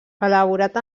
elaborat